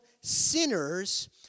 sinners